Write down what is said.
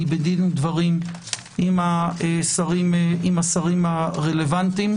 אני בדין ודברים עם השרים הרלוונטיים,